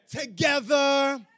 Together